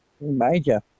Major